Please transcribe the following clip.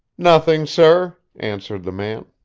nothing, sir, answered the man.